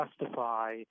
justify